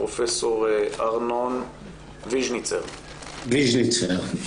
פרופ' ארנון ויז'ניצר, בבקשה.